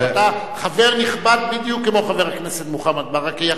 אתה חבר נכבד בדיוק כמו חבר הכנסת מוחמד ברכה.